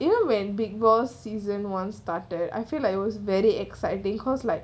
even when seson one big boss started I feel like it was very exciting because like